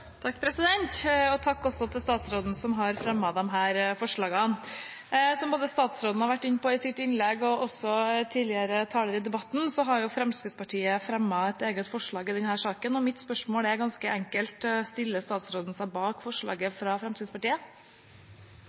statsråden, som har fremmet disse forslagene. Som statsråden var inne på i sitt innlegg, og også tidligere talere i debatten, har Fremskrittspartiet fremmet et eget forslag i denne saken, og mitt spørsmål er ganske enkelt: Stiller statsråden seg bak forslaget fra Fremskrittspartiet?